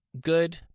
good